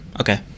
Okay